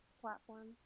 platforms